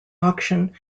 auction